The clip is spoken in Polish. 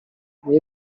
nie